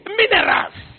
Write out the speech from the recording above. minerals